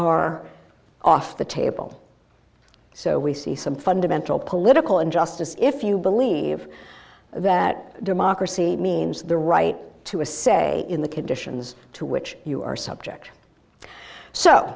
are off the table so we see some fundamental political injustice if you believe that democracy means the right to a say in the conditions to which you are subject so